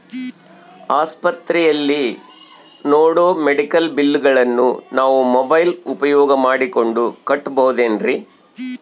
ಆಸ್ಪತ್ರೆಯಲ್ಲಿ ನೇಡೋ ಮೆಡಿಕಲ್ ಬಿಲ್ಲುಗಳನ್ನು ನಾವು ಮೋಬ್ಯೆಲ್ ಉಪಯೋಗ ಮಾಡಿಕೊಂಡು ಕಟ್ಟಬಹುದೇನ್ರಿ?